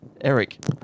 Eric